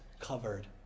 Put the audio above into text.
covered